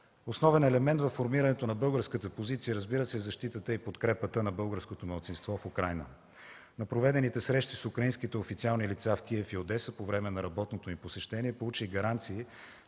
Основен елемент във формирането на българската позиция, разбира се, е защитата и подкрепата на българското малцинство в Украйна. На проведените срещи с украинските официални лица в Киев и Одеса, по време на работното ми посещение, получих гаранции,